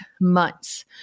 months